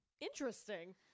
Interesting